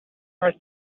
ever